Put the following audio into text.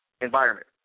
environment